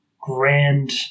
grand